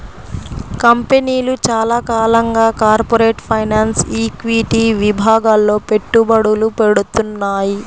కంపెనీలు చాలా కాలంగా కార్పొరేట్ ఫైనాన్స్, ఈక్విటీ విభాగాల్లో పెట్టుబడులు పెడ్తున్నాయి